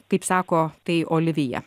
kaip sako tai olivija